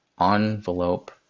envelope